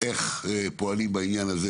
איך פועלים בעניין הזה,